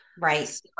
right